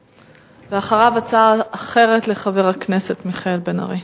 אחריו, הצעה אחרת לחבר הכנסת מיכאל בן-ארי.